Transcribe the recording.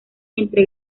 entre